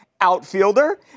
outfielder